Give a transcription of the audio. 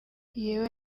yewe